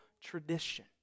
tradition